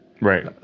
right